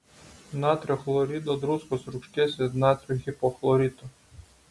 natrio chlorido druskos rūgšties ir natrio hipochlorito